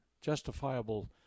justifiable